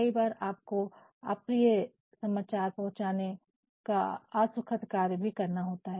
कई बार आपको अप्रिय समाचार पहुंचाने का असुखद कार्य भी करना होता है